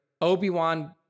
Obi-Wan